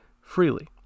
freely